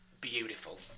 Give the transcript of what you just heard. beautiful